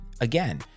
again